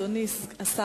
בבקשה, אדוני השר.